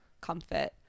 comfort